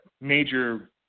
major